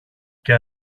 και